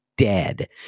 dead